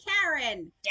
Karen